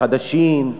חדשים,